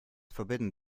forbidden